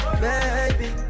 Baby